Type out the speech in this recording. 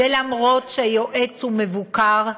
ואף שהיועץ הוא מבוקר,